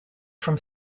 from